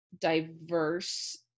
diverse